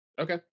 Okay